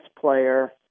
player